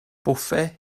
bwffe